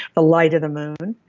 the light of the moon,